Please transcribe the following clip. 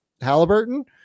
Halliburton